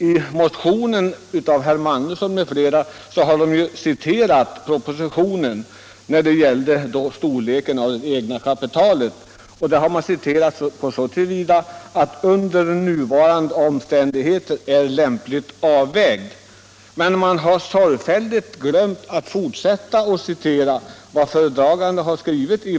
I motionen av herr Magnusson i Borås m.fl. har nämligen skrivits att föredraganden hävdade att storleken av det egna kapitalet ”under nuvarande omständigheter är lämpligt avvägd”, men man har sorgfälligt ”glömt” att fortsätta att citera ur propositionen vad föredraganden där har skrivit.